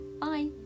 bye